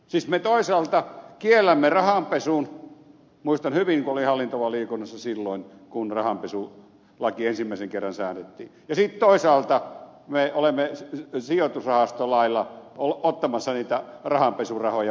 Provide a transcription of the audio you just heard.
siis me toisaalta kiellämme rahanpesun muistan hyvin kun olin hallintovaliokunnassa silloin kun rahanpesulaki ensimmäisen kerran säädettiin ja sitten toisaalta me olemme sijoitusrahastolailla ottamassa niitä rahanpesurahoja vastaan avoimesti